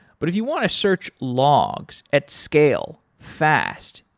but if you want to search logs at scale fast,